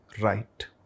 right